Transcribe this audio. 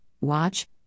watch